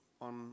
on